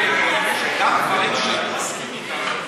דברים שאני מסכים להם,